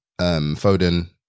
Foden